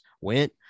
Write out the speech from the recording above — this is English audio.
went